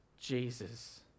Jesus